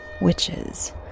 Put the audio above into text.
Witches